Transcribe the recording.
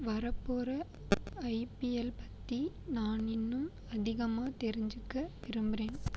வரப்போகிற ஐபிஎல் பற்றி நான் இன்னும் அதிகமாக தெரிஞ்சிக்க விரும்புகிறேன்